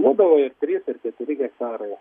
nu gal trys ar keturi hektarai